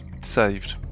saved